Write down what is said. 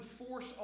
enforce